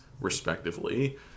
respectively